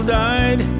died